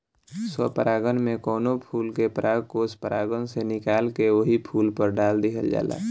स्व परागण में कवनो फूल के परागकोष परागण से निकाल के ओही फूल पर डाल दिहल जाला